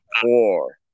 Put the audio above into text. four